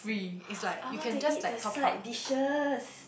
I want to eat the side dishes